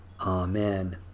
Amen